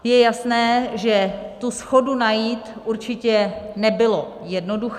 Je jasné, že shodu najít určitě nebylo jednoduché.